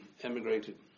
emigrated